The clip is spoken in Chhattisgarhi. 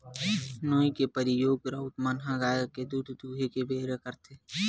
नोई के परियोग राउत मन ह गाय के दूद दूहें के बेरा करथे